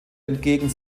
entgegen